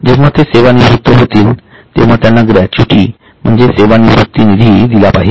जेंव्हा ते सेवा निवृत्त होतील तेंव्हा त्यांना ग्रॅच्युइटी म्हणजेच सेवानिवृत्तिनिधी दिला पाहिजे